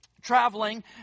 traveling